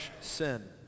sin